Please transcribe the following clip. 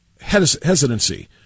hesitancy